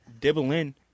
Dibble-in